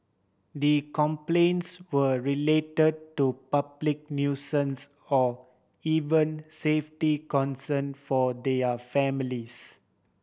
the complaints were relate to public nuisance or even safety concern for their families